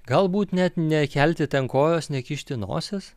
galbūt net nekelti ten kojos nekišti nosies